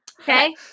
Okay